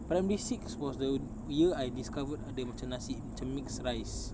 primary six was the year I discovered ada macam nasi macam mixed rice